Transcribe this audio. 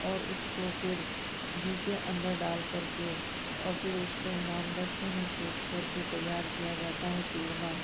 और उसको फिर घी के अंदर डाल कर के और फिर उसको इमामदस्ते में कूट करके तैयार किया जाता है चूरमा